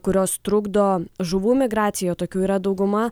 kurios trukdo žuvų migraciją tokių yra dauguma